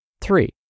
Three